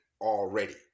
already